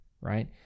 right